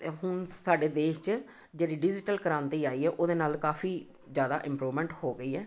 ਅਤੇ ਹੁਣ ਸਾਡੇ ਦੇਸ਼ 'ਚ ਜਿਹੜੀ ਡਿਜ਼ੀਟਲ ਕ੍ਰਾਂਤੀ ਆਈ ਹੈ ਉਹਦੇ ਨਾਲ ਕਾਫ਼ੀ ਜ਼ਿਆਦਾ ਇੰਪਰੂਵਮੈਂਟ ਹੋ ਗਈ ਹੈ